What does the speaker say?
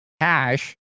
cash